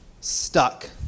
stuck